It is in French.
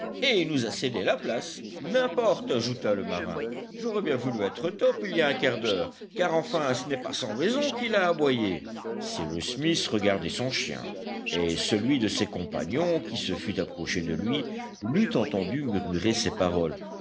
et il nous a cédé la place n'importe ajouta le marin j'aurais bien voulu être top il y a un quart d'heure car enfin ce n'est pas sans raison qu'il a aboyé cyrus smith regardait son chien et celui de ses compagnons qui se fût approché de lui l'eût entendu murmurer ces paroles